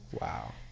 Wow